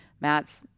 Matt's